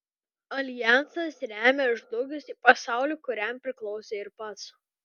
aljansas remia žlugusį pasaulį kuriam priklausė ir pats